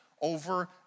over